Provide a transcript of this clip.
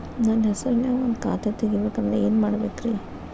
ನನ್ನ ಹೆಸರನ್ಯಾಗ ಒಂದು ಖಾತೆ ತೆಗಿಬೇಕ ಅಂದ್ರ ಏನ್ ಮಾಡಬೇಕ್ರಿ?